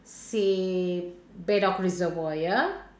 say bedok reservoir ya